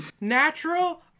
Natural